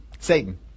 Satan